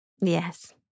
Yes